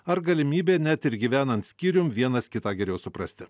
ar galimybė net ir gyvenant skyrium vienas kitą geriau suprasti